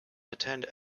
attend